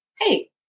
hey